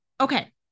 Okay